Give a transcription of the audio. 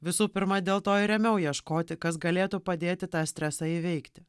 visų pirma dėl to ir ėmiau ieškoti kas galėtų padėti tą stresą įveikti